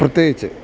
പ്രത്യേകിച്ച്